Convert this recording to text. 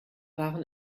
waren